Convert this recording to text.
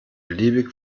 beliebig